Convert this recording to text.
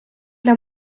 для